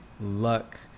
luck